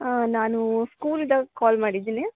ಹಾಂ ನಾನು ಸ್ಕೂಲಿಂದ ಕಾಲ್ ಮಾಡಿದ್ದೀನಿ